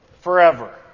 forever